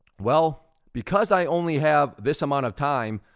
well, because i only have this amount of time,